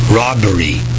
robbery